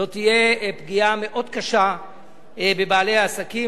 זאת תהיה פגיעה מאוד קשה בבעלי העסקים,